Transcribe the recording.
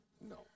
No